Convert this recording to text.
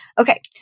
Okay